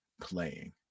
playing